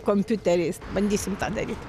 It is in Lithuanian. kompiuteriais bandysime tą daryti